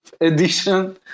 edition